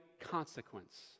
consequence